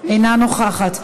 אינה נוכחת.